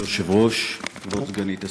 כבוד היושב-ראש, כבוד סגנית השר,